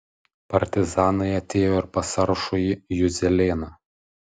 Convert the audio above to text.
partizanai atėjo ir pas aršųjį juzelėną